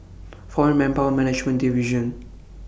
Foreign Manpower Management Division